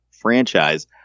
franchise